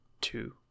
two